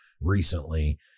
recently